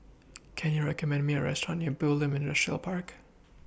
Can YOU recommend Me A Restaurant near Bulim Industrial Park